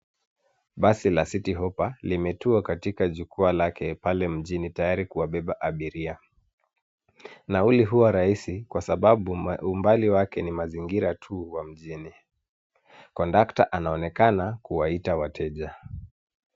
Basi la City Hopper limetuwa katika jukwaa lake pale mjini tayari kuwabeba abiria. Nauli huwa rahisi kwa sababu umbali wake ni mazingira tuu wa mjini [kondakta] anaonekana kuwaita wateja.